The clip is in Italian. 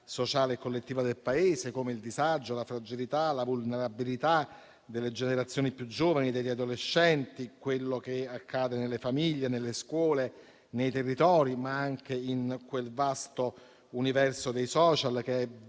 e collettiva del Paese - come il disagio, la fragilità, la vulnerabilità delle generazioni più giovani e degli adolescenti, quello che accade nelle famiglie, nelle scuole, nei territori, ma anche in quel vasto universo dei *social*